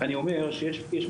כשזה